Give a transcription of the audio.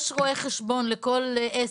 יש רואה חשבון לכל עסק,